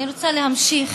אני רוצה להמשיך